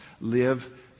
live